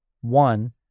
one